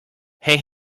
hey